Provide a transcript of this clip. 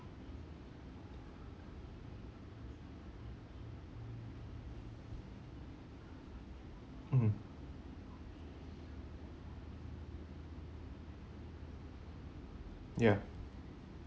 mm ya